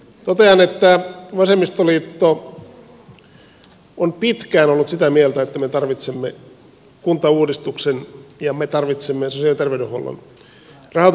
totean että vasemmistoliitto on pitkään ollut sitä mieltä että me tarvitsemme kuntauudistuksen ja me tarvitsemme sosiaali ja terveydenhuollon rahoitus ja rakenneuudistuksen